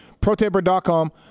protaper.com